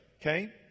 okay